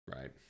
right